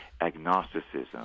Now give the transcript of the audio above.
agnosticism